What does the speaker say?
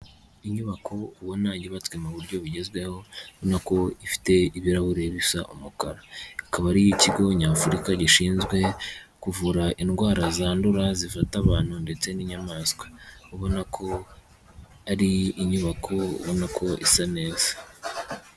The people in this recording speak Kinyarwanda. Inyubako ubona yubatswe mu buryo bugezweho, ubona ko ifite ibirahuri bisa umukara. Ikaba ari iy'ikigo nyafurika gishinzwe kuvura indwara zandura zifata abantu, ndetse n'inyamaswa. Ubona ko ari inyubako ubona ko isa neza.